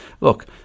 look